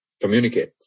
communicate